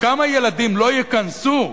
וכמה ילדים לא ייכנסו